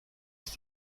ist